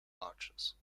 arches